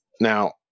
Now